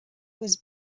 was